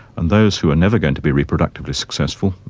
and those who are never going to be reproductively successful,